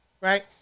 Right